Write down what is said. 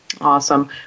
Awesome